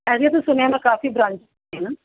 ਇਹਦੀਆਂ ਤਾਂ ਸੁਣਿਆ ਮੈਂ ਕਾਫੀ ਬਰਾਂਚ ਨੇ ਨਾ